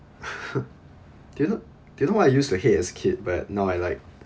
do you know do you know what I used to hate as a kid but now I like